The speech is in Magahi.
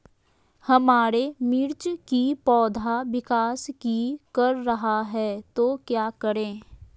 हमारे मिर्च कि पौधा विकास ही कर रहा है तो क्या करे?